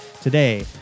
today